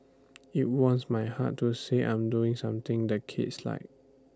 IT warms my heart to say I'm doing something the kids like